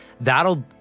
that'll